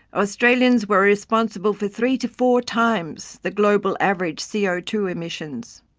australians were responsible for three to four times the global average c o two emissions.